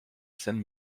seine